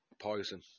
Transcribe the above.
Poison